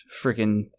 freaking